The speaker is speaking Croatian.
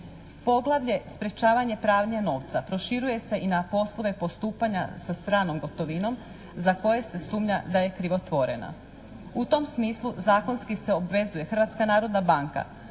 Poglavlje sprječavanje pranja novca proširuje se i na poslove postupanja sa stranom gotovinom za koje su sumnja da je krivotvorena. U tom smislu zakonski se obvezuje Hrvatska narodna banka